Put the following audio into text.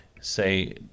say